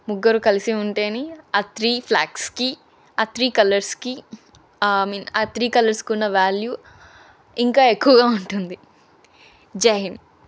ముగ్గురు కలిసి ఉంటేనే ఆ త్రీ ఫ్లాగ్స్కి ఆ త్రీ కలర్స్కి ఐ మీన్ ఆ త్రీ కలర్స్కి ఉన్న వ్యాల్యూ ఇంకా ఎక్కువగా ఉంటుంది జైహింద్